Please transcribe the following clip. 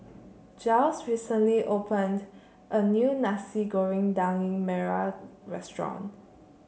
Jiles recently opened a new Nasi Goreng Daging Merah Restaurant